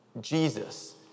Jesus